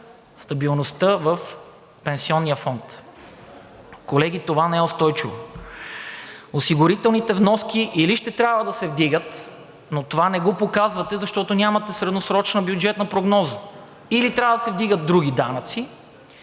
стабилността в пенсионния фонд. Колеги, това не е устойчиво. Осигурителните вноски или ще трябва да се вдигат, но това не го показвате, защото нямате средносрочна бюджетна прогноза, или трябва да се вдигат други данъци,